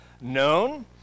known